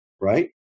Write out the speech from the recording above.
right